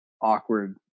awkward